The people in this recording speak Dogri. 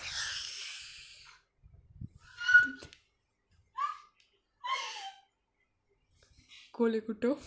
कोले कुट्टो